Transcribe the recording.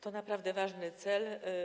To naprawdę ważny cel.